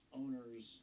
owners